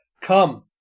come